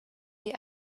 die